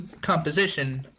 composition